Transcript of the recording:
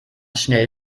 schnell